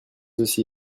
aussi